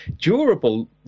durable